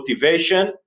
motivation